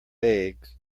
eggs